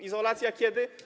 Izolacja kiedy?